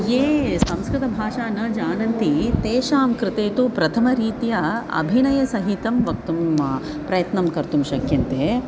ये संस्कृतभाषा न जानन्ति तेषां कृते तु प्रथमरीत्या अभिनयसहितं वक्तुं प्रयत्नं कर्तुं शक्यन्ते